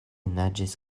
naĝis